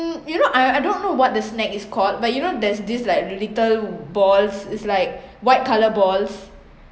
you know I I don't know what the snack is called but you know there's this like the little balls is like white colour balls